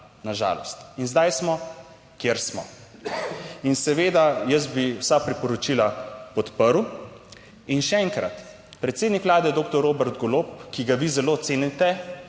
na žalost in zdaj smo, kjer smo. In seveda jaz bi vsa priporočila podprl. In še enkrat, predsednik Vlade doktor Robert Golob, ki ga vi zelo cenite,